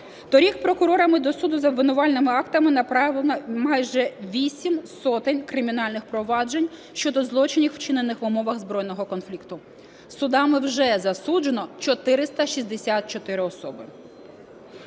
Торік прокурорами до суду з обвинувальними актами направлено майже 8 сотень кримінальних проваджень щодо злочинів, вчинених в умовах збройного конфлікту. Судами вже засуджено 464 особи.